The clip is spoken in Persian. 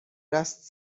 است